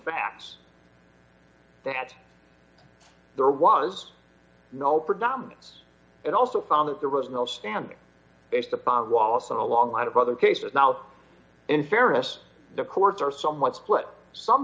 facts that there was no predominance and also found that there was no standing based upon wallace in a long line of other cases now in fairness the courts are somewhat split some